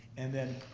and then,